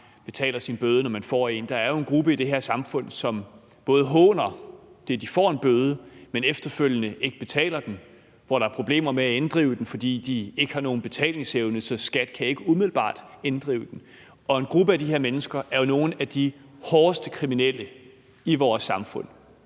betaler sin bøde, når man får en. Der er jo en gruppe i det her samfund, som både håner det, at de får en bøde, men også efterfølgende ikke betaler den, og hvor der er problemer med at inddrive den, fordi de ikke har nogen betalingsevne, så skattevæsenet ikke umiddelbart kan inddrive den. Og en gruppe af de her mennesker er jo nogle af de hårdeste kriminelle i vores samfund.